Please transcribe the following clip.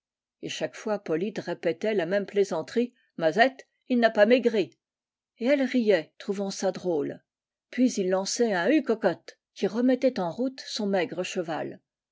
et chaque fois polyte répétait la même plaisanterie mazette il n'a pas maigri et elle riait trouvant ça droic puis il lançait un hue cocotte qui re mettait en route son maio re cheval